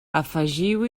afegiu